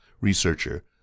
researcher